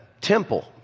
temple